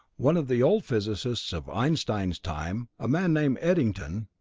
one of the old physicists of einstein's time, a man named eddington,